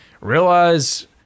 realize